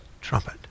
trumpet